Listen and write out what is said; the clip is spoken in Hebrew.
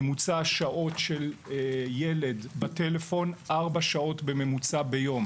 ממוצע שעות של ילד בטלפון ארבע שעות בממוצע ביום,